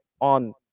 on